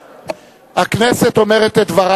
או,